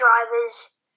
drivers